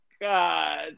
God